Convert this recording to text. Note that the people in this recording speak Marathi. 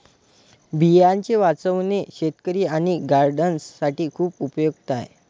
बियांचे वाचवणे शेतकरी आणि गार्डनर्स साठी खूप उपयुक्त आहे